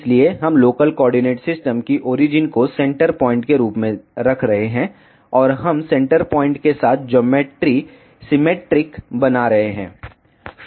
इसलिए हम local coordinate system की ओरिजिन को सेंटर पॉइंट के रूप में रख रहे हैं और हम सेंटर पॉइंट के साथ ज्योमेट्री सीमैट्रिक बना रहे हैं